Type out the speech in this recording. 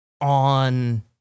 on